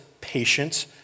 patience